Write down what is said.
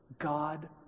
God